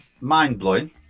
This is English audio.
mind-blowing